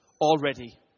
already